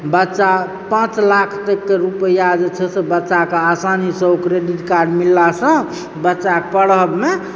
बच्चा पाँच लाख तकके रुपैआ जे छै से बच्चाके आसानीसँ ओ क्रेडिट कार्ड मिललासँ बच्चाके पढ़बमे